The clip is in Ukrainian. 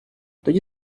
тоді